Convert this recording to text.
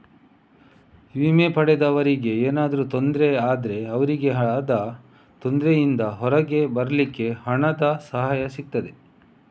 ವಿಮೆ ಪಡೆದವರಿಗೆ ಏನಾದ್ರೂ ತೊಂದ್ರೆ ಆದ್ರೆ ಅವ್ರಿಗೆ ಆದ ತೊಂದ್ರೆಯಿಂದ ಹೊರಗೆ ಬರ್ಲಿಕ್ಕೆ ಹಣದ ಸಹಾಯ ಸಿಗ್ತದೆ